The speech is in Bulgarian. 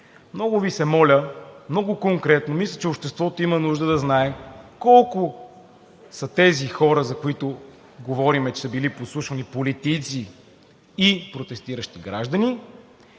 Много Ви се моля, много конкретно, мисля, че обществото има нужда да знае колко са тези хора, за които говорим, че са били подслушвани – политици и протестиращи граждани